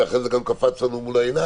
ולכן זה גם קפץ לנו לעיניים,